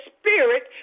spirit